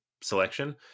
selection